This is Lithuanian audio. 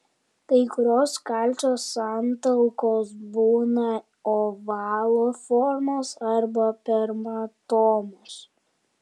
kai kurios kalcio santalkos būna ovalo formos arba permatomos